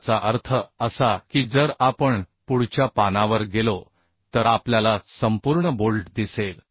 याचा अर्थ असा की जर आपण पुढच्या पानावर गेलो तर आपल्याला संपूर्ण बोल्ट दिसेल